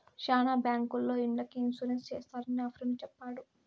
శ్యానా బ్యాంకుల్లో ఇండ్లకి ఇన్సూరెన్స్ చేస్తారని నా ఫ్రెండు చెప్పాడు